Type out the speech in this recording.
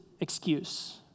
excuse